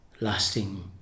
lasting